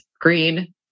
green